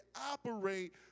operate